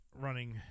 running